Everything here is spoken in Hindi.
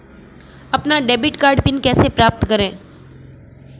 अपना डेबिट कार्ड पिन कैसे प्राप्त करें?